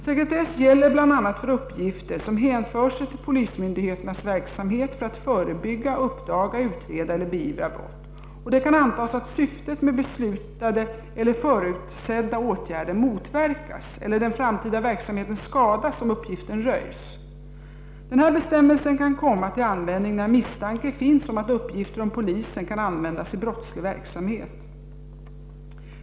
Sekretess gäller bl.a. för uppgifter som hänför sig till polismyndigheternas verksamhet för att förebygga, uppdaga, utreda eller beivra brott, om det kan antas att syftet med beslutade e'ler förutsedda åtgärder motverkas eller den framtida verksamheten skadas om uppgiften röjs. Denna bestämmelse kan komma till användning när misstanke finns om att uppgifter om polisen kan användas i brottslig verksamhet.